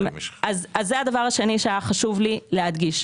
זה הדבר השני שהיה חשוב לי להדגיש,